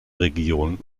regionen